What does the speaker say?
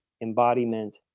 embodiment